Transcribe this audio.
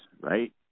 right